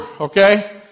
Okay